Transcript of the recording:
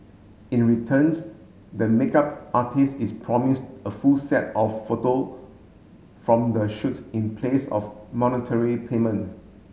in returns the makeup artist is promised a full set of photo from the shoots in place of monetary payment